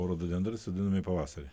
o rododendrai sodinami pavasarį